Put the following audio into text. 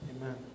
Amen